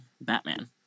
batman